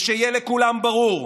ושיהיה לכולם ברור: